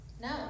No